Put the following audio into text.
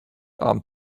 armed